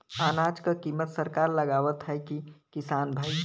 अनाज क कीमत सरकार लगावत हैं कि किसान भाई?